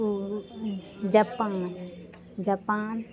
O Japan Japan